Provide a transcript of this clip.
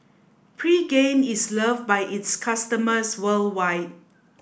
pregain is loved by its customers worldwide